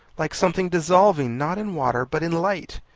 like something dissolving, not in water, but in light.